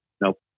Nope